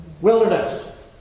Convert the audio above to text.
wilderness